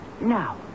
now